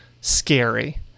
scary